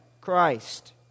Christ